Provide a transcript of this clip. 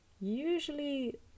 usually